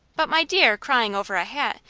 but, my dear! crying over a hat?